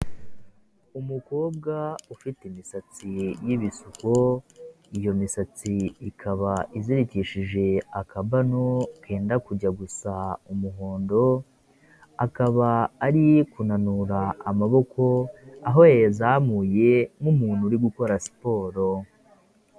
Umukobwa ufite imisatsi y'ibisuko; iyo misatsi ikaba izirikishije akabano kenda kujya gusa umuhondo; akaba ari kunanura amaboko; aho yayazamuye nk'umuntu uri gukora siporo.